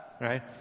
right